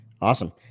awesome